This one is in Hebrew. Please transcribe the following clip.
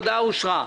הצבעה בעד,